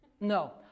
No